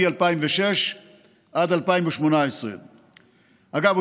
מ-2006 עד 2018. אגב,